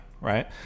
right